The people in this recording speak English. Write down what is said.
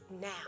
now